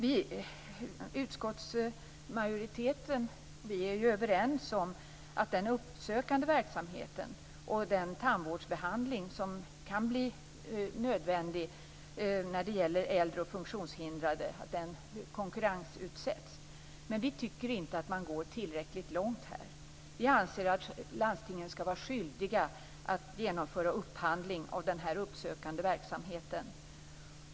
I utskottsmajoriteten är vi överens om att den uppsökande verksamheten och den tandvårdsbehandling som kan bli nödvändig när det gäller äldre och funktionshindrade skall konkurrensutsättas. Vi tycker dock inte att man går tillräckligt långt där. Vi anser att landstingen skall vara skyldiga att genomföra upphandling av den här uppsökande verksamheten.